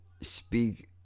speak